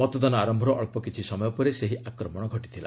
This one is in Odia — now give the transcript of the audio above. ମତଦାନ ଆରମ୍ଭର ଅଳ୍ପ କିଛି ସମୟ ପରେ ସେହି ଆକ୍ରମଣ ହୋଇଥିଲା